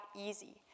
easy